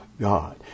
God